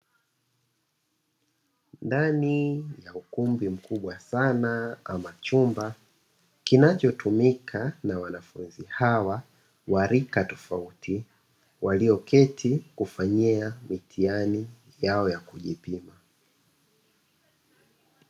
Ndani ya ukumbi mkubwa sana ama chumba kinachotumika na wanafunzi hawa wa rika tofauti, walioketi kufanyia mitihani yao ya kujipima.